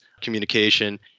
communication